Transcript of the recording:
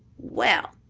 well,